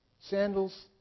Sandals